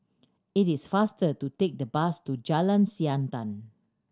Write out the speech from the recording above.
it is faster to take the bus to Jalan Siantan